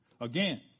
Again